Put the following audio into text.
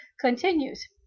continues